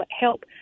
help